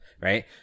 right